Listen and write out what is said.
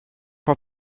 for